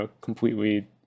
completely